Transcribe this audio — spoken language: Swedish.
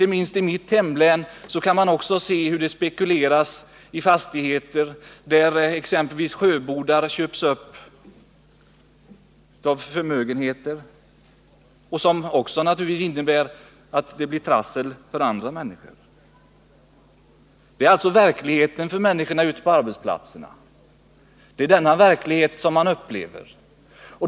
Inte minst i mitt hemlän kan man se hur det spekuleras i fastigheter och hur exempelvis sjöbodar köps upp för förmögenheter. Det innebär naturligtvis att det blir trassel för många människor. Det är denna verklighet de arbetande människorna upplever.